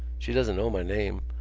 she doesn't know my name.